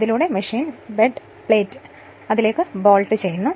അതിലൂടെ machine bed പ്ലേറ്റിലേക്ക് bolt ചെയ്യുന്നു